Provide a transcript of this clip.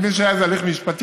אני מבין שהיה איזה הליך משפטי.